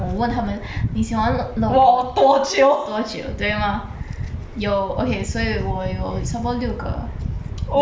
你喜欢我多久对吗有 ok 所以我有差不多六个人